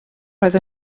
roedd